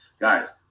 Guys